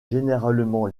généralement